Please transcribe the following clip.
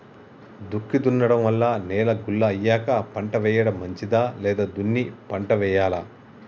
దుక్కి దున్నడం వల్ల నేల గుల్ల అయ్యాక పంట వేయడం మంచిదా లేదా దున్ని పంట వెయ్యాలా?